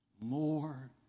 more